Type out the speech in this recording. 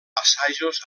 assajos